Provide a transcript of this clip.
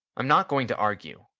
i'm not going to argue.